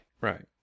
Right